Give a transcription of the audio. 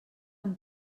amb